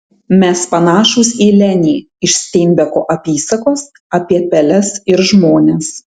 mes panašūs į lenį iš steinbeko apysakos apie peles ir žmones